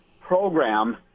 program